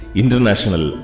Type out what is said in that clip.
international